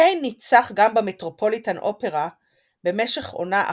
קין ניצח גם במטרופוליטן אופרה במשך עונה אחת,